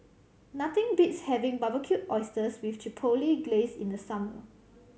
nothing beats having Barbecued Oysters with Chipotle Glaze in the summer